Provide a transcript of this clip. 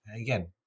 again